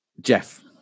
Jeff